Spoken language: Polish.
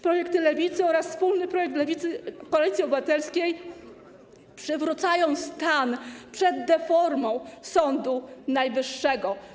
Projekt Lewicy oraz wspólny projekt Lewicy i Koalicji Obywatelskiej przywracają stan przed deformą Sądu Najwyższego.